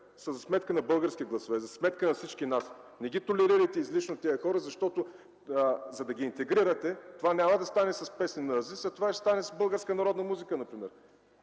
са за сметка на български гласове, за сметка на всички нас. Не толерирайте излишно тези хора, защото интегрирането им няма да стане с песни на Азис. Това ще стане с българска народна музика например.